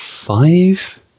Five